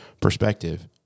perspective